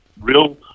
real